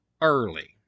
early